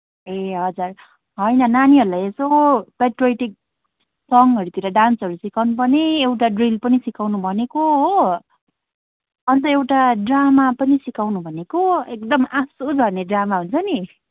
ए हजुर होइन नानीहरूलाई यसो पेट्रियोटिक सङहरूतिर डान्सहरू सिकाउनुपर्ने एउटा ड्रिल पनि सिकाउनु भनेको हो अन्त एउटा ड्रामा पनि सिकाउनु भनेको एकदम आँसु झर्ने ड्रामा हुन्छ नि